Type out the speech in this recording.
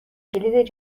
کلید